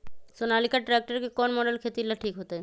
Sonalika tractor के कौन model खेती ला ठीक होतै?